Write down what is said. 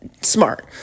smart